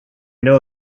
know